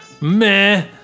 meh